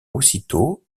aussitôt